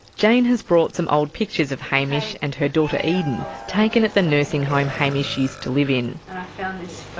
jane has brought some old pictures of hamish and her daughter eden taken at the nursing home hamish used to live in. i found this